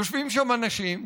יושבים שם אנשים,